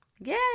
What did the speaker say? Yay